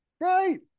Right